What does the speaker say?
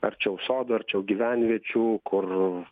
arčiau sodų arčiau gyvenviečių kur